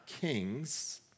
kings